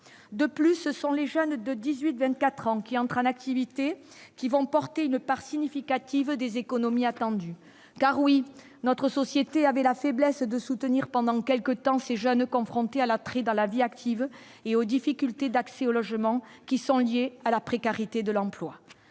de plus ce sont les jeunes de 18 24 ans, qui est en train d'activités qui vont porter une part significative des économies attendues car, oui, notre société avait la faiblesse de soutenir pendant quelque temps, ces jeunes confrontés à la tri dans la vie active et aux difficultés d'accès au logement, qui sont liées à la précarité de l'emploi,